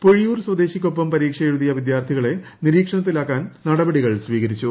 പൊഴിയൂർ സ്വദേശിക്കൊപ്പം പരീക്ഷ എഴുതിയ വിദ്യാ്ർത്ഥീകളെ നിരീക്ഷണത്തിലാക്കാൻ നടപടികൾ സ്വീകരിച്ചു